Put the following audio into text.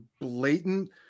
blatant –